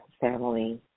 family